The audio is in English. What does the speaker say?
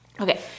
Okay